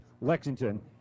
Lexington